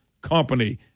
company